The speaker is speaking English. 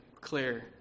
clear